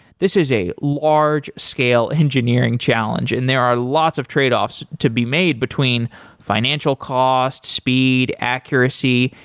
this is a large scale engineering challenge and there are lots of tradeoffs to be made between financial costs, speed, accuracy,